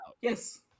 Yes